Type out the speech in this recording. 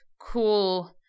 cool